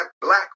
black